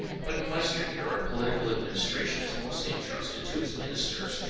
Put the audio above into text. but in western europe political administration is mostly entrusted to his ministers,